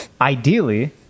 ideally